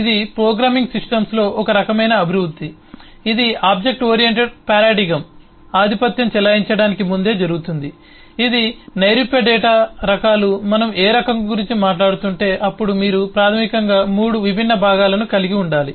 ఇది ప్రోగ్రామింగ్ సిస్టమ్స్లో ఒక రకమైన అభివృద్ధి ఇది ఆబ్జెక్ట్ ఓరియెంటెడ్ పారాడిగ్మ్ ఆధిపత్యం చెలాయించటానికి ముందే జరుగుతుంది ఇది నైరూప్య డేటా రకాలు మనం ఏ రకం గురించి మాట్లాడుతుంటే అప్పుడు మీరు ప్రాథమికంగా 3 విభిన్న భాగాలను కలిగి ఉండాలి